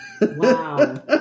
wow